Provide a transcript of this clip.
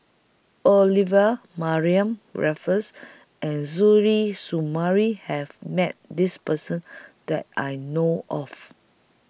Olivia Mariamne Raffles and Suzairhe Sumari has Met This Person that I know of